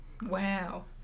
Wow